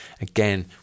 Again